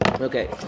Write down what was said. Okay